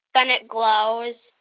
then it glows